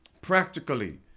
practically